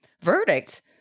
Verdict